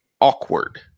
awkward